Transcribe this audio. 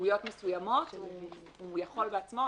התנהגויות מסוימות הוא יכול בעצמו,